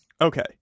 Okay